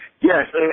Yes